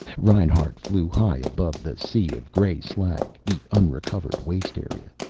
reinhart flew high above the sea of gray slag, the unrecovered waste area.